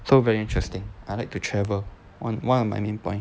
so very interesting I like to travel on one of my main point